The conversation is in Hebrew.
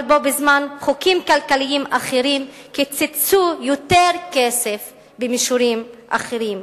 אבל בו-בזמן חוקים כלכליים אחרים קיצצו יותר כסף במישורים אחרים.